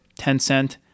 Tencent